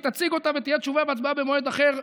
תציג אותה ויהיו תשובה והצבעה במועד אחר,